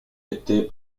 était